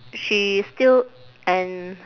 she is still and